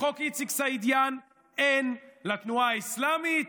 לחוק איציק סעידיאן, אין, לתנועה האסלאמית,